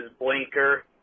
blinker